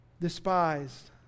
despised